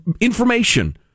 information